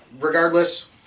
Regardless